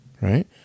right